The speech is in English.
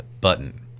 button